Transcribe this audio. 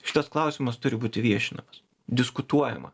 šitas klausimas turi būti viešinamas diskutuojama